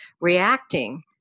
reacting